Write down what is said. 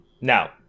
now